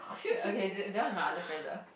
okay that that one is my other friends ah